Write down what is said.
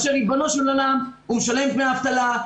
ריבונו של עולם, הוא משלם דמי אבטלה.